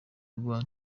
rwa